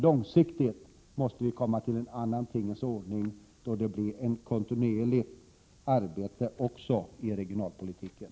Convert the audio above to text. Långsiktigt måste det dock bli en annan tingens ordning, när ett kontinuerligt arbete kommer till stånd också inom regionalpolitiken.